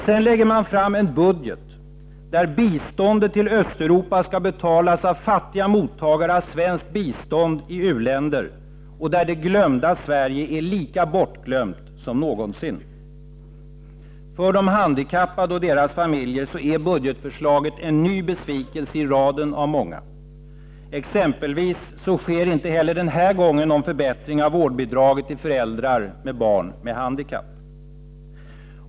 Sedan lägger man fram en budget där biståndet till Östeuropa skall betalas av fattiga mottagare av svenskt bistånd till u-länder och där det glömda Sverige är lika bortglömt som någonsin. För de handikappade och deras familjer är budgetförslaget en ny besvikelse i raden av många. Exempelvis sker inte heller denna gång någon förbättring av vårdbidraget till föräldrar med barn med handikapp.